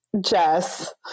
Jess